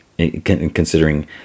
considering